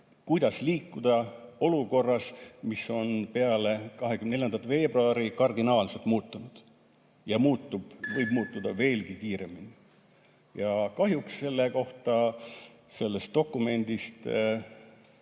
kuidas liikuda edasi olukorras, mis on peale 24. veebruari kardinaalselt muutunud ja võib muutuda veelgi kiiremini? Kahjuks selle kohta sellest dokumendist